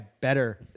better